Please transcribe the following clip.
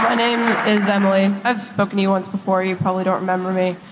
ah name is emily. i've spoken to you once before, you probably don't remember me.